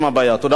תודה רבה.